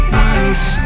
nice